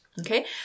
Okay